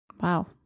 Wow